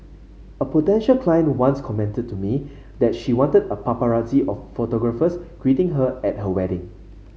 a potential client once commented to me that she wanted a paparazzi of photographers greeting her at her wedding